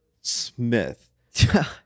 Smith